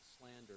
slander